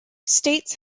states